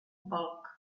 bulk